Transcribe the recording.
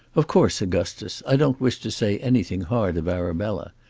of course, augustus, i don't wish to say anything hard of arabella.